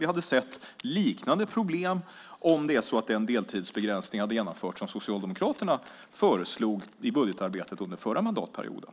Vi hade sett liknande problem om den deltidsbegränsning genomförts som Socialdemokraterna föreslog i budgetarbetet under förra mandatperioden.